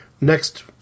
next